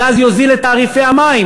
הגז יוזיל את תעריפי המים,